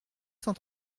cent